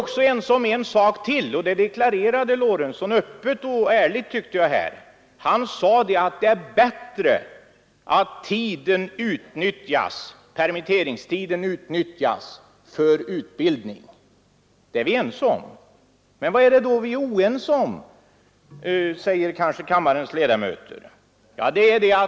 Ytterligare en sak är vi ense om, och det tyckte jag också att herr Lorentzon öppet och ärligt deklarerade, när han sade att det är bättre att utnyttja tiden för utbildning än att permittera de anställda. Då frågar kanske kammarens ledamöter vad vi är oense om.